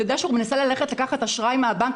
אתה יודע שאם הוא מנסה לקחת אשראי מהבנק,